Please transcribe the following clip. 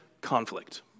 conflict